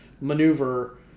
maneuver